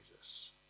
Jesus